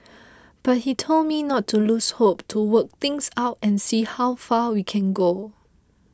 but he told me not to lose hope to work things out and see how far we can go